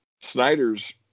Snyder's